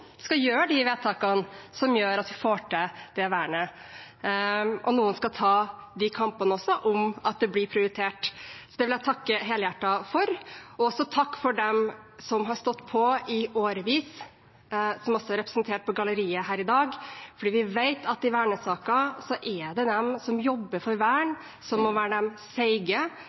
skal fatte disse vedtakene som gjør at vi får til dette vernet. Noen skal ta disse kampene også om at det blir prioritert. Så dette vil jeg takke helhjertet for. Og takk til dem som har stått på i årevis, og som også er representert på galleriet her i dag. Vi vet at i vernesaker er det de som jobber for vern, som må være de seige,